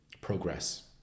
progress